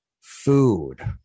food